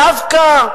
דווקא,